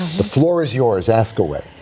the floor is yours. ask away.